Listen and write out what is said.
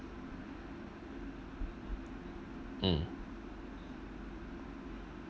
mm